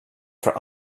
for